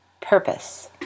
Purpose